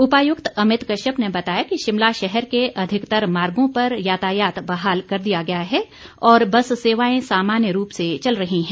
उपायुक्त अमित कश्यप ने बताया कि शिमला शहर के अधिकतर मार्गों पर यातायात बहाल कर दिया गया है और बस सेवाएं सामान्य रूप से चल रही हैं